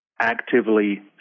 actively